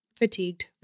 Fatigued